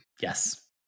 Yes